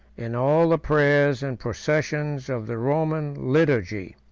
in all the prayers and processions of the roman liturgy.